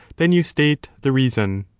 then you state the reason.